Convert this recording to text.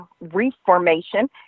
reformation